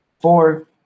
Four